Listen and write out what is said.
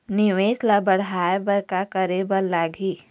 निवेश ला बढ़ाय बर का करे बर लगही?